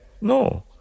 No